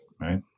right